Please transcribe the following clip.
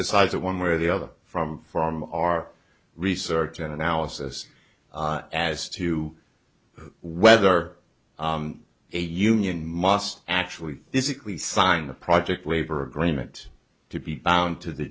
decides it one way or the other from from our research and analysis as to whether a union must actually physically sign a project labor agreement to be bound to the